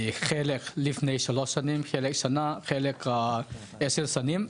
חלק לפני שלוש שנים, חלק שנה, חלק עשר שנים.